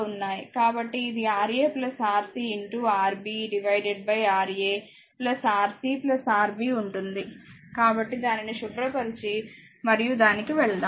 కాబట్టిఇది Ra RcRb Ra Rc Rb ఉంటుంది కాబట్టి దానిని శుభ్రపరచి మరియు దానికి వెళ్దాం